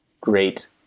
great